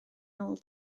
nôl